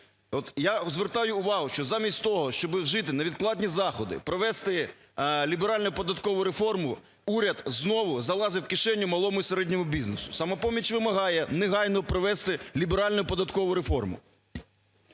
я звертаю увагу, що замість того, щоби вжити невідкладні заходи, провести ліберальну податкову реформу, уряд знову залазить в кишеню малому і середньому бізнесу. "Самопоміч" вимагає негайно провести ліберальну податкову реформу.